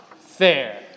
fair